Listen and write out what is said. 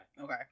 okay